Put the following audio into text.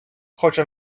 хоча